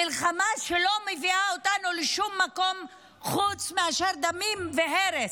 מלחמה שלא מביאה אותנו לשום מקום חוץ מאשר דמים והרס.